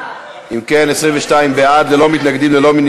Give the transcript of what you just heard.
אם כן, זה אחרון הדוברים.